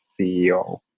CEO